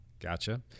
Gotcha